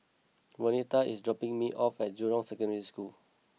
Vernetta is dropping me off at Jurong Secondary School